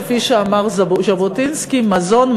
כפי שאמר ז'בוטינסקי: מזון,